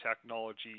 technology